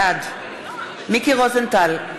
בעד מיקי רוזנטל,